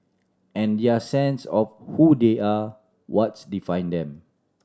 and their sense of who they are what's define them